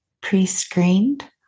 pre-screened